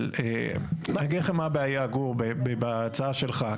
אבל אני אגיד לכם מה הבעיה, גור, בהצעה שלך.